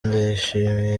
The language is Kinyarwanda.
ndayishimiye